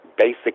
basic